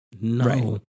No